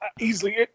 easily